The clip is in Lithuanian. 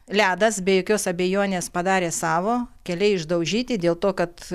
ledas be jokios abejonės padarė savo keliai išdaužyti dėl to kad